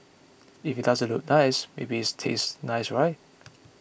if it doesn't look nice maybe it's taste nice right